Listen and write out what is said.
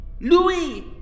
Louis